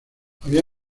había